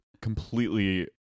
completely